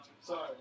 Sorry